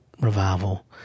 revival